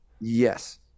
yes